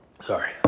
sorry